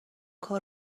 کار